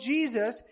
Jesus